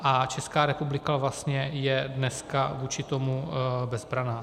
A Česká republika vlastně je dneska vůči tomu bezbranná.